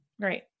Great